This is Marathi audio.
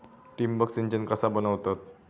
ठिबक सिंचन कसा बनवतत?